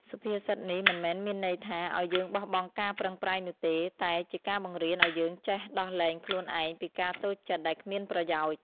សុភាសិតនេះមិនមែនមានន័យថា ឱ្យយើងបោះបង់ការប្រឹងប្រែងនោះទេ តែជាការបង្រៀនឱ្យយើងចេះដោះលែងខ្លួនឯងពីការតូចចិត្តដែលគ្មានប្រយោជន៍។